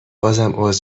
عذر